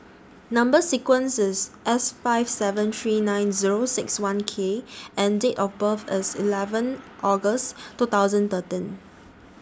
Number sequence IS S five seven three nine Zero six one K and Date of birth IS eleven August two thousand